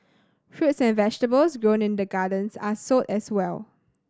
fruits and vegetables grown in the gardens are sold as well